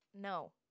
No